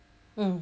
mm